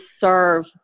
serve